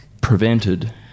prevented